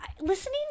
listening